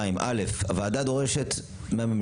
2. (א) הוועדה דורשת מהממשלה,